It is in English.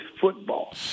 football